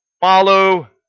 follow